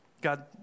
God